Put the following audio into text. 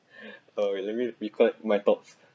uh let me recollect my thoughts